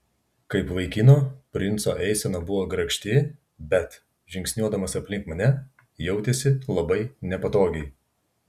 kaip vaikino princo eisena buvo grakšti bet žingsniuodamas aplink mane jautėsi labai nepatogiai